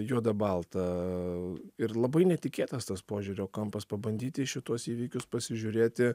juoda balta ir labai netikėtas tas požiūrio kampas pabandyti į šituos įvykius pasižiūrėti